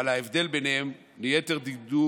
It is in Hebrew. אבל ההבדל ביניהם, ליתר דיוק,